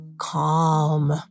calm